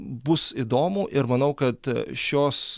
bus įdomu ir manau kad šios